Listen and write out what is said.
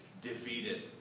defeated